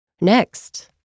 Next